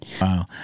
Wow